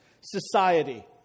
society